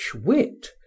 wit